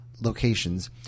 locations